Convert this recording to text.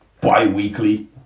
bi-weekly